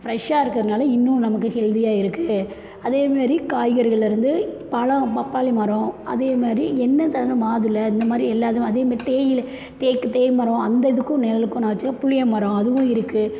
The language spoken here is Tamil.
ஃப்ரெஷ்ஷாக இருக்கிறதுனால இன்னும் நமக்கு ஹெல்த்தியா இருக்குது அதேமாரி காய்கறிகள்லேருந்து பழம் பப்பாளி மரம் அதே மாதிரி என்ன தகுந்த மாதுளை இந்த மாதிரி எல்லா இதுவும் அதே மாதிரி தேயிலை தேக்கு தேய்மரம் அந்த இதுக்கும் நெழலுக்கும் நான் வெச்சிருக்கறேன் புளியமரம் அதுவும் இருக்குது